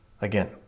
Again